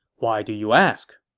why do you ask?